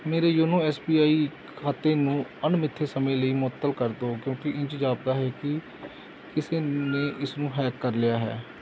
ਮੇਰੇ YONO S B I ਖਾਤੇ ਨੂੰ ਅਣਮਿੱਥੇ ਸਮੇਂ ਲਈ ਮੁਅੱਤਲ ਕਰ ਦਿਉ ਕਿਉਂਕਿ ਇੰਝ ਜਾਪਦਾ ਹੈ ਕਿ ਕਿਸੇ ਨੇ ਇਸਨੂੰ ਹੈਕ ਕਰ ਲਿਆ ਹੈ